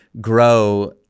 grow